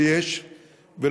ויש נפגעים,